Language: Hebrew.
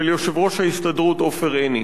של יושב-ראש ההסתדרות עופר עיני.